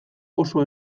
oso